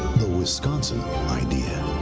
the wisconsin idea.